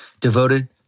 devoted